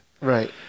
Right